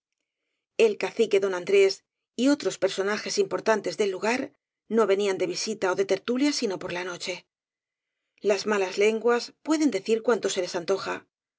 el cacique don andrés y otros personajes im portantes del lugar no venían de visita ó de tertu lia sino por la noche las malas lenguas pueden decir cuanto se les antoja